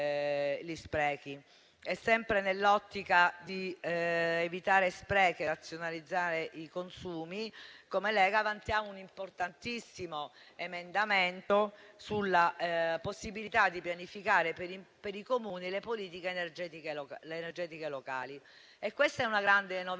Sempre nell'ottica di evitare sprechi e razionalizzare i consumi, come Lega vantiamo un importantissimo emendamento sulla possibilità di pianificare, per i Comuni, le politiche energetiche locali. Questa è una grande novità,